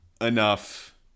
enough